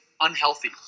unhealthy